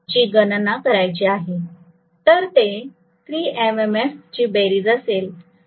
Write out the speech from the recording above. तर ते 3 M M F ची बेरीज असेल